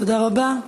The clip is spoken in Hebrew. תודה רבה.